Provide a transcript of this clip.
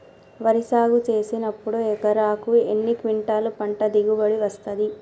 వరి సాగు చేసినప్పుడు ఎకరాకు ఎన్ని క్వింటాలు పంట దిగుబడి వస్తది?